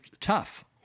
tough